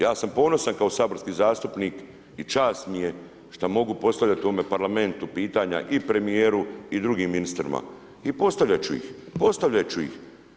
Ja sam ponosan kao saborski zastupnik i čast mi je što mogu postavljati u ovom Parlamentu pitanja i premjeru i drugim ministrima i postavljati ću ih, postavljati ću ih.